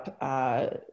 up